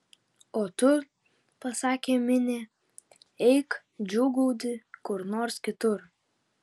o tu pasakė minė eik džiūgauti kur nors kitur